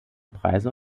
preise